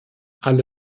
alle